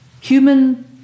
human